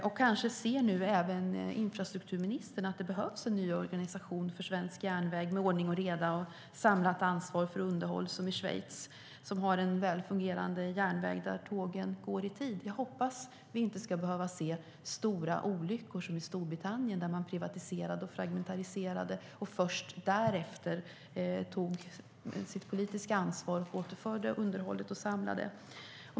Och kanske ser nu även infrastrukturministern att det behövs en ny organisation för svensk järnväg med ordning och reda och ett samlat ansvar för underhåll, som i Schweiz, som har en väl fungerande järnväg, där tågen går i tid. Jag hoppas att vi inte ska behöva se stora olyckor, som i Storbritannien, där man privatiserade och fragmenterade och först därefter tog sitt politiska ansvar och återförde underhållet och samlade det.